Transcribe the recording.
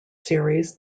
series